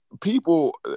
people